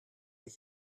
ich